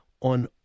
on